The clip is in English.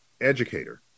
educator